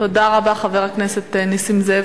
תודה רבה, חבר הכנסת נסים זאב.